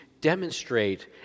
demonstrate